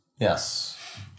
Yes